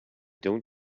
don’t